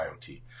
IoT